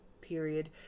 period